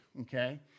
okay